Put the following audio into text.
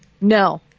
No